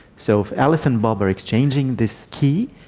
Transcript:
so if alice and bob are exchanging this key,